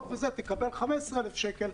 מקבל 15,000 שקלים.